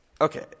Okay